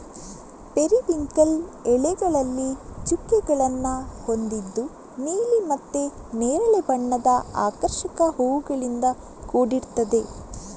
periwinkle ಎಲೆಗಳಲ್ಲಿ ಚುಕ್ಕೆಗಳನ್ನ ಹೊಂದಿದ್ದು ನೀಲಿ ಮತ್ತೆ ನೇರಳೆ ಬಣ್ಣದ ಆಕರ್ಷಕ ಹೂವುಗಳಿಂದ ಕೂಡಿರ್ತದೆ